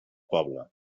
poble